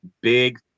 big